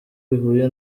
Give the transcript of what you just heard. bihuye